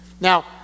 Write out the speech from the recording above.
Now